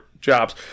jobs